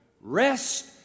Rest